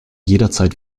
jederzeit